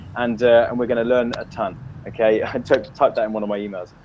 and and we're going to learn a ton okay type type that in one of my emails,